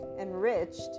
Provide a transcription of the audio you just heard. enriched